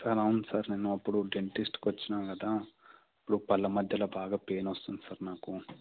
sir అవును sir నేను అప్పుడు డెంటిస్ట్కి వచ్చానా కదా ఇప్పుడు పళ్ళ మధ్యలో బాగా పెయిన్ వస్తుంది సార్ నాకు